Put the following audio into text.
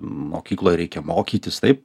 mokykloje reikia mokytis taip